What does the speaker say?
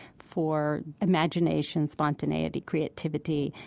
for imagination, spontaneity, creativity.